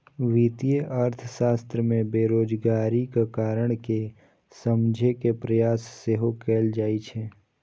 वित्तीय अर्थशास्त्र मे बेरोजगारीक कारण कें समझे के प्रयास सेहो कैल जाइ छै